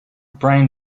brown